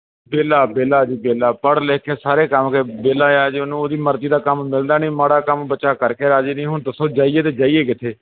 ਵਿਹਲਾ ਵਿਹਲਾ ਜੀ ਵਿਹਲਾ ਪੜ੍ਹ ਲਿਖ ਕੇ ਸਾਰੇ ਵਿਹਲਾ ਆ ਜੇ ਉਹਨੂੰ ਉਹਦੀ ਮਰਜ਼ੀ ਦਾ ਕੰਮ ਮਿਲਦਾ ਨਹੀਂ ਮਾੜਾ ਕੰਮ ਬੱਚਾ ਕਰਕੇ ਰਾਜ਼ੀ ਨਹੀਂ ਹੁਣ ਦੱਸੋ ਜਾਈਏ ਤਾਂ ਜਾਈਏ ਕਿੱਥੇ